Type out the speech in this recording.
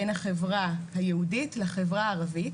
בין החברה היהודית לחברה הערבית,